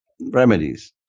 remedies